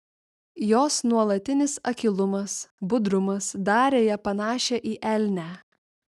jos nuolatinis akylumas budrumas darė ją panašią į elnę